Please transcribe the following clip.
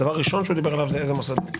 הדבר הראשון שדיברנו עליו, זה מוסדות.